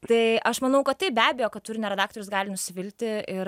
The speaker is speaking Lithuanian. tai aš manau kad taip be abejo kad turinio redaktorius gali nusivilti ir